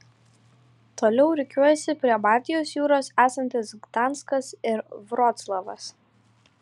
toliau rikiuojasi prie baltijos jūros esantis gdanskas ir vroclavas